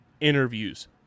interviews